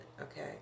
okay